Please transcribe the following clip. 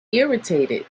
irritated